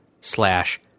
slash